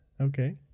Okay